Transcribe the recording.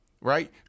right